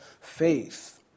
faith